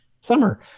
summer